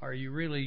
are you really